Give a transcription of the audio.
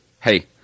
hey